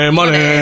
money